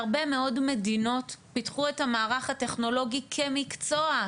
בהרבה מאוד מדינות פיתחו את המערך הטכנולוגי כמקצוע,